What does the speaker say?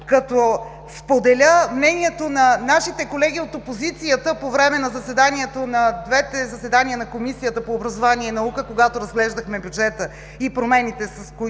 като споделя мнението на нашите колеги от опозицията по време на двете заседания на Комисията по образование и наука, когато разглеждахме бюджета и промените, които